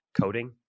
coding